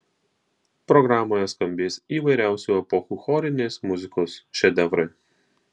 programoje skambės įvairiausių epochų chorinės muzikos šedevrai